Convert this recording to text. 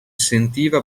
sentiva